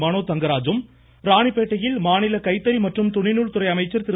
மனோ தங்கராஜும் ராணிப்பேட்டையில் மாநில கைத்தறி மற்றும் துணிநூல் துறை அமைச்சர் திரு